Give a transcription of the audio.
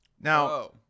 now